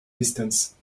distance